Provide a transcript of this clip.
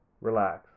relax